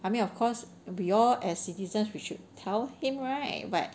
I mean of course we all as citizens we should tell him right but